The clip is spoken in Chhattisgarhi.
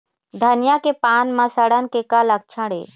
धनिया के पान म सड़न के का लक्षण ये?